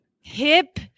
Hip